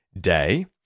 day